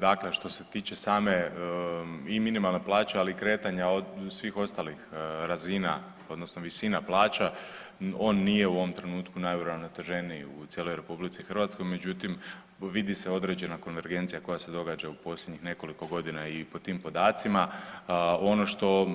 Dakle, što se tiče same i minimalne plaće, ali i kretanja svih ostalih razina, odnosno visina plaća, on nije u ovom trenutku najuravnoteženiji u cijeloj RH, međutim, vidi se određena konvergencija koja se događa u posljednjih nekoliko godina i pod tim podacima ono što